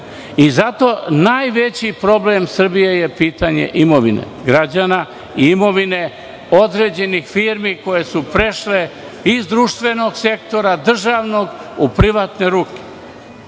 Zato je najveći problem Srbije - pitanje imovine građana i imovine određenih firmi koje su prešle iz društvenog sektora, državnog, u privatne ruke